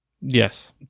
Yes